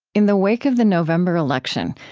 in the wake of the november election,